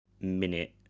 minute